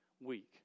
week